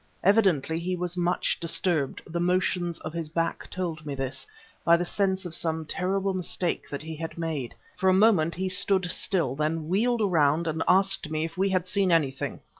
evidently he was much disturbed the motions of his back told me this by the sense of some terrible mistake that he had made. for a moment he stood still, then wheeled round and asked me if we had seen anything.